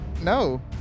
no